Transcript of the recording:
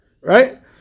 Right